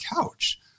couch